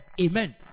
Amen